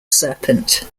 serpent